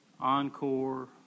Encore